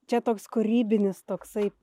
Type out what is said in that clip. čia toks kūrybinis toksai